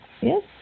Yes